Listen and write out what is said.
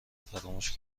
فراموش